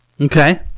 Okay